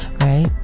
Right